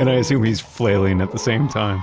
and i assume he's flailing at the same time